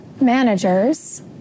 managers